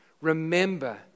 remember